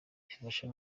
bifasha